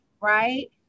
right